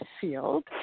field